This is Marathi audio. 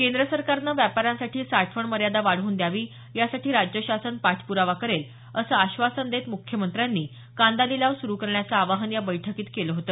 केंद्र सरकारनं व्यापाऱ्यांसाठी साठवण मर्यादा वाढवून द्यावी यासाठी राज्य शासन पाठप्रावा करेल असं आश्वासन देत मुख्यमंत्र्यांनी कांदा लिलाव सुरु करण्याचं आवाहन या बैठकीत केल होत